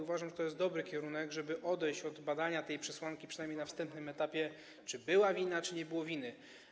Uważam, że to jest dobry kierunek, żeby odejść od badania przesłanki, przynajmniej na wstępnym etapie, czy była wina, czy nie było winy.